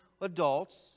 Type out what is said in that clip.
adults